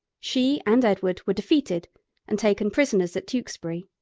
she and edward were defeated and taken prisoners at tewkesbury,